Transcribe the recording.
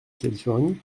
californie